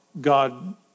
God